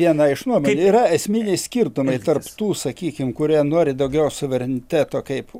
viena iš nuominių yra esminiai skirtumai tarp tų sakykim kurie nori daugiau suvereniteto kaip